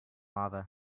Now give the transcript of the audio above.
lava